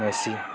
मेसि